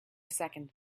second